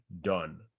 done